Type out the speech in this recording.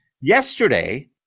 yesterday